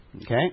Okay